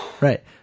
right